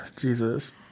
Jesus